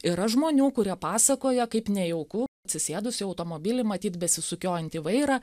yra žmonių kurie pasakoja kaip nejauku atsisėdus į automobilį matyt besisukiojantį vairą